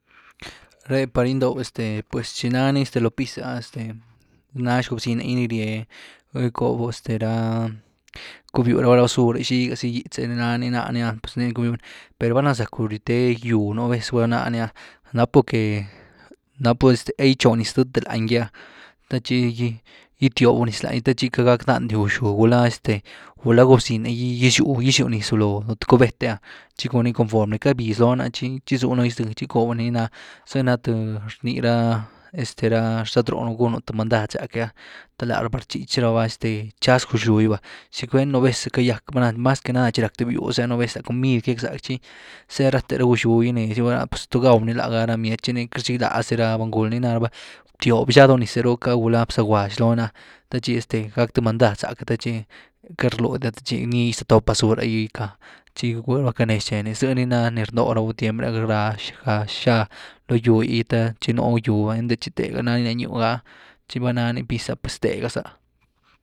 Ré par gyndoobu pues este tchi nany lo piz’e ah este, nax gób-ziny gi ni rye gyndoobu este ra, cubyw ra balra baser’e, xiga zy, gýtz’e nii nany naány áh pues nii ni cubywn, per valna zacku ryw’té gýw nú vez gulá naaniah nápu que napu este ah gytxo niz dëtë’ langý’ahthe tchi gy-gytyobu niz dëtee lanygy tequeity gack daandy guxuu gulá este gulá góbziny gy gyziw niz’u looh th cubet’e tchi con form ni cabíz loni’ah tchi gysiwni logy zth txi gycoobuni, nii na th ni rnirá este ra xtad-róh gunú th mandad záck’e ah, té laraba rtchich raba este tchaz guxuu gy va, ¿tchi cwen? Nuu vez cayack, mas que nada tchi rack th biwz’e áh nuvez la comid cayack zack tchi ze rat’e ra guxgýw gý nez gy’ah, gula pues ¿tu gaw’ny? Lá gá ra bmiet’y, tchi ni queity rchigláz dy ra buny-gul, chi nii naráaba btyob xgá do niz’e rucká gulá bzágwash lony’ah te tchi gac th mandad záck’e tchi queity rluy tchi nix tóp basur’e gy gýcká, tchi gygwënu canes tcheni, zëh ni na ni rndoob ra buny tiem’e áh, rax xgá lo gýw’gy thë tchi nú gyw ah einty tchi tegani lanyu’ ah tchi vanáani piz’ah pues tëga zá’.